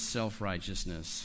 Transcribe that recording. self-righteousness